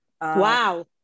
wow